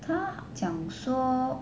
她讲说